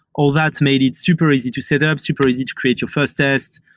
all that made it super easy to set up, super easy to create your first test.